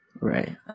Right